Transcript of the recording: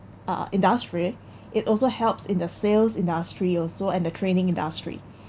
uh industry it also helps in the sales industry also and the training industry